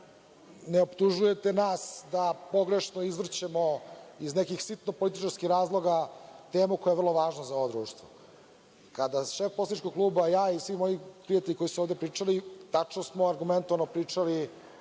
ne optužujete nas da pogrešno izvrćemo iz nekih sitno-političkih razloga temu koja je vrlo važna za ovo društvo. Kada šef poslaničkog kluba, ja i svi moji prijatelji koji su ovde pričali, tačno smo argumentovano pričali